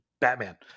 Batman